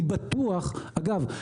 אגב,